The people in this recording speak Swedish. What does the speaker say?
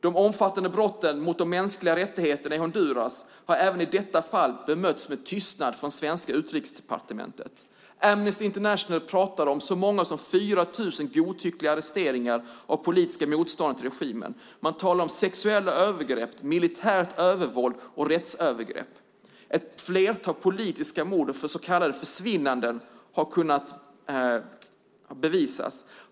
De omfattande brotten mot de mänskliga rättigheterna i Honduras har även i detta fall mötts med tystnad på svenska Utrikesdepartementet. Amnesty International talar om så många som 4 000 godtyckliga arresteringar av politiska motståndare till regimen. Man talar om sexuella övergrepp, militärt övervåld och rättsövergrepp. Ett flertal politiska mord och så kallade försvinnanden har kunnat bevisas.